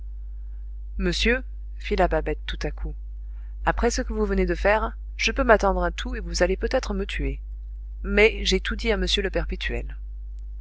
monsieur fit la babette tout à coup après ce que vous venez de faire je peux m'attendre à tout et vous allez peut-être me tuer mais j'ai tout dit à m le perpétuel